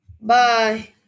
Bye